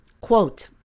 quote